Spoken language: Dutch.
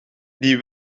die